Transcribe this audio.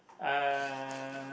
uh